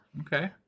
Okay